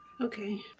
Okay